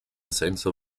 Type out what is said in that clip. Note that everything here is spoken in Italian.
senso